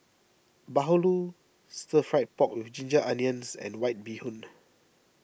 Bahulu Stir Fried Pork with Ginger Onions and White Bee Hoon